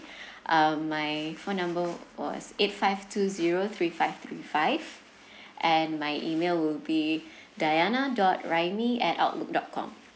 um my phone number was eight five two zero three five three five and my email will be dayana dot raimi at outlook dot com